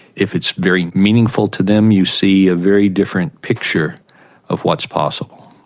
if it's very meaningful to them you see a very different picture of what's possible.